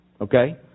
Okay